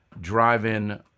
drive-in